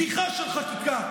בדיחה של חקיקה,